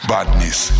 Badness